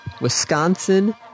Wisconsin